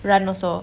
run also